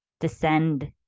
Descend